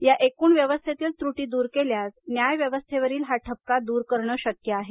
या व्यवस्थेतील त्रुटी दूर केल्यास न्याय व्यवस्थेवरील हा ठपका दूर करणं शक्य आहे